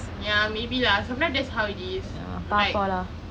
ya maybe lah sometimes that's how it is like